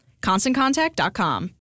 ConstantContact.com